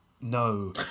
No